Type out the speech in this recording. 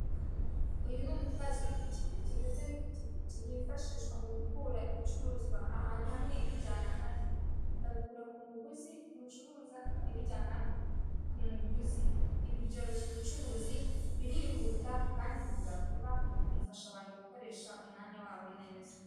Uyu ni umutwazi w'ipikipiki ndetse n'ipikipiki yifashishwa mugukura ibicurazwa ahantu hamwe ibijyana ahandi ikabikura k'umucuruza ibajyana k'umuguzi ibi byoroshya ubucuruzi birihuta kandi bigira vuba bifasha abantu gukoresha umwanya wabo neza.